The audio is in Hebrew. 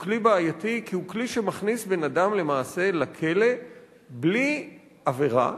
הוא בעייתי כי הוא כלי שמכניס בן-אדם למעשה לכלא בלי עבירה,